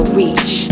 reach